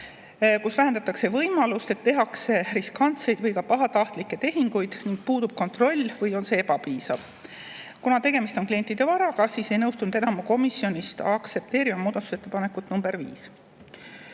vähendatakse võimalust, et tehakse riskantseid või ka pahatahtlikke tehinguid, ning puudub kontroll või on see ebapiisav. Kuna tegemist on klientide varaga, siis ei nõustunud enamus komisjonist aktsepteerima muudatusettepanekut nr 5.